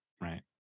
Right